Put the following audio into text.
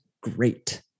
great